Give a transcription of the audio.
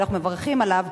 שאנחנו מברכים עליו,